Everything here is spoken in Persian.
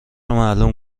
معلوم